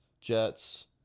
Jets